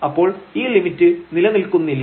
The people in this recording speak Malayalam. അപ്പോൾ ഈ ലിമിറ്റ് നിലനിൽക്കുന്നില്ല